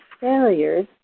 failures